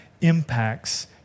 impacts